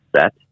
set